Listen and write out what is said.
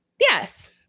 Yes